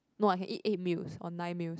no I can eat eight meals or nine meals